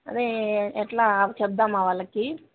అదే ఎలా చెప్దామా వాళ్ళకి